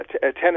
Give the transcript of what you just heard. Tennessee